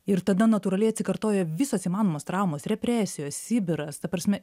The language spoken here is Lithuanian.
ir tada natūraliai atsikartoja visos įmanomos traumos represijos sibiras ta prasme